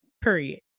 period